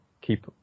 keep